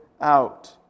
out